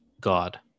God